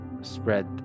spread